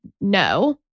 no